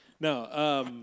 no